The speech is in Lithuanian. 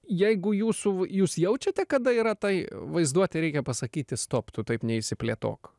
jeigu jūsų jūs jaučiate kada yra tai vaizduotei reikia pasakyti stop tu taip neįsiplėtok